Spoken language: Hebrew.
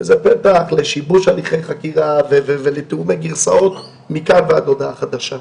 זה פתח לשיבוש הליכי חקירה ולתיאום גרסאות מכאן ועד להודעה חדשה.